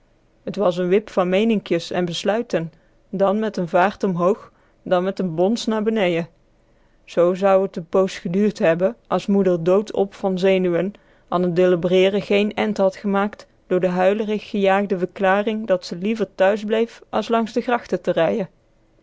t was n wip van meeninkjes en besluiten dan met n vaart omhoog dan met n bons na benejen zoo zou t n poos geduurd hebben as moeder dood op van zenuwen an t dillebereeren geen end had gemaakt door de huilerig gejaagde verklaring dat ze liever thuis bleef as langs de grachten te rijjen